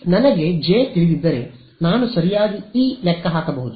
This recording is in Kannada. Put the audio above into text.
ನನಗೆ ಜೆ ತಿಳಿದಿದ್ದರೆ ನಾನು ಸರಿಯಾಗಿ E ಲೆಕ್ಕ ಹಾಕಬಹುದು